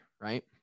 right